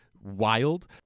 wild